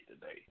today